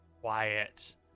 quiet